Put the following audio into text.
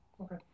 okay